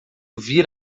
vir